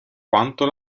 quanto